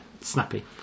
snappy